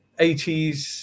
80s